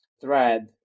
thread